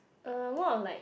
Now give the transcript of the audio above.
uh more of like